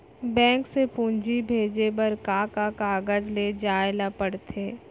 Bank से पूंजी भेजे बर का का कागज ले जाये ल पड़थे?